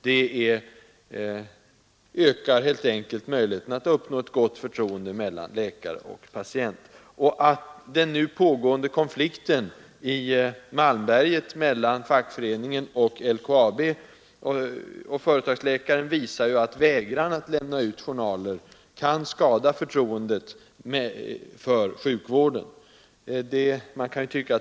Det ökar möjligheterna att uppnå ett gott förtroende mellan läkare och patient. Den nu pågående konflikten i Malmberget mellan fackföreningen och företagsläkaren i LKAB visar, att vägran att lämna ut journaler kan skada förtroendet för sjukvården.